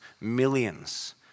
millions